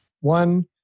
One